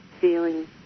feeling